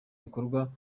bikorwa